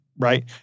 right